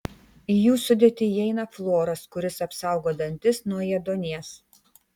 į jų sudėtį įeina fluoras kuris apsaugo dantis nuo ėduonies